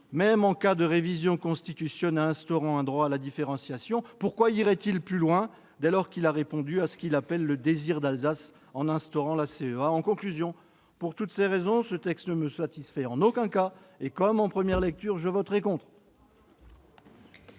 en cas de révision constitutionnelle instaurant un droit à la différenciation, pourquoi le Gouvernement irait-il plus loin, dès lors qu'il a répondu à ce qu'il appelle le « désir d'Alsace » en instaurant la CEA ? En conclusion, pour toutes ces raisons, ce texte ne me satisfait en aucun cas et, comme en première lecture, je voterai contre.